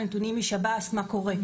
על נתונים משב"ס מה קורה,